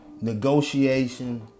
negotiation